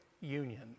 union